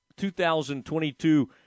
2022